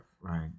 Right